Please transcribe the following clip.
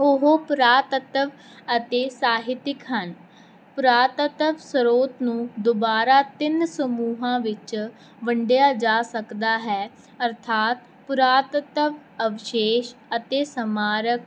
ਉਹ ਪੁਰਾਤਤਵ ਅਤੇ ਸਾਹਿਤਿਕ ਹਨ ਪੁਰਾਤਤਵ ਸਰੋਤ ਨੂੰ ਦੁਬਾਰਾ ਤਿੰਨ ਸਮੂਹਾਂ ਵਿੱਚ ਵੰਡਿਆ ਜਾ ਸਕਦਾ ਹੈ ਅਰਥਾਤ ਪੁਰਾਤਤਵ ਅਭਿਸ਼ੇਸ਼ ਅਤੇ ਸਮਾਰਕ